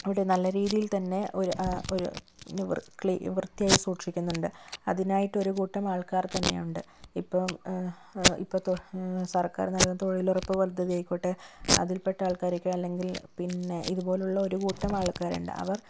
അവിടെ നല്ല രീതിയിൽ തന്നെ ഒരു ഒരു വൃ ക്ലീ വൃത്തിയായി സൂക്ഷിക്കുന്നുണ്ട് അതിനായിട്ട് ഒരു കൂട്ടം ആൾക്കാർ തന്നെയുണ്ട് ഇപ്പം ഇപ്പോൾ തൊ സർക്കാർ നൽകുന്ന തൊഴിലുറപ്പ് പദ്ധതി ആയിക്കോട്ടെ അതിൽപ്പെട്ട ആൾക്കാരൊക്കെ അല്ലെങ്കിൽ പിന്നെ ഇതുപോലുള്ള ഒരു കൂട്ടം ആൾക്കാരുണ്ട്